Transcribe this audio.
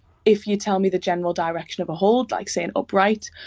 if you tell me the general direction of a hold, like, say, an upright,